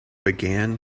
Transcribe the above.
began